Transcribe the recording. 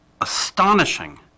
astonishing